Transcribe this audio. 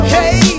Hey